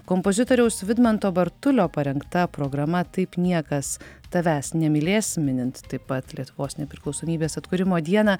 kompozitoriaus vidmanto bartulio parengta programa taip niekas tavęs nemylės minint taip pat lietuvos nepriklausomybės atkūrimo dieną